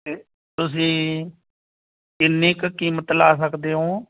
ਅਤੇ ਤੁਸੀਂ ਕਿੰਨੀ ਕੁ ਕੀਮਤ ਲਾ ਸਕਦੇ ਹੋ